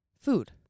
food